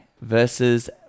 versus